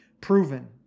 proven